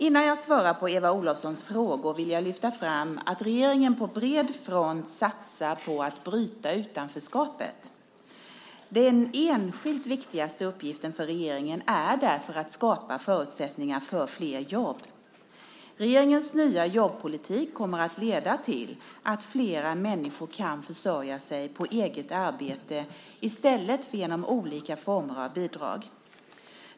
Innan jag svarar på Eva Olofssons frågor vill jag lyfta fram att regeringen på bred front satsar på att bryta utanförskapet. Den enskilt viktigaste uppgiften för regeringen är därför att skapa förutsättningar för flera jobb. Regeringens nya jobbpolitik kommer att leda till att flera människor kan försörja sig på eget arbete i stället för genom olika former av bidrag.